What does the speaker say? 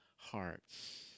Hearts